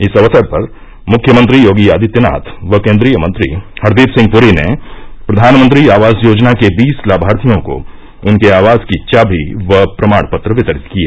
इस अवसर पर मुख्यमंत्री योगी आदित्यनाथ व केंद्रीय मंत्री हरदीप सिंह पुरी ने प्रधानमंत्री आवास योजना के बीस लाभार्थियों को उनके आवास की चाभी व प्रमाण पत्र वितरित किए